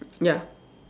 ya